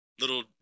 little